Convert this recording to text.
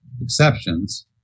exceptions